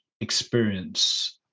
experience